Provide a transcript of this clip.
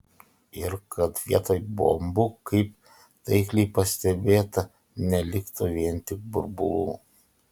ir kad vietoj bombų kaip taikliai pastebėta neliktų vien tik burbulų